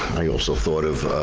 i also thought of.